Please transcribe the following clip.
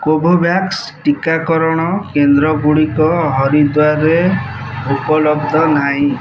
Covovax ଟିକାକରଣ କେନ୍ଦ୍ରଗୁଡ଼ିକ ହରିଦ୍ଵାର୍ରେ ଉପଲବ୍ଧ ନାହିଁ